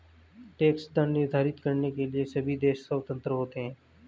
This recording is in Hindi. टैक्स दर निर्धारित करने के लिए सभी देश स्वतंत्र होते है